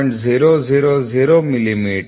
000 millimetre